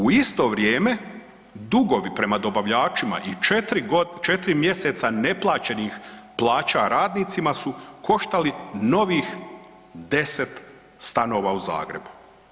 U isto vrijeme dugovi prema dobavljačima i četiri mjeseca neplaćenih plaća radnicima su koštali novih 10 stanova u Zagrebu.